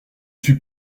suis